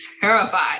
terrified